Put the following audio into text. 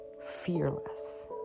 fearless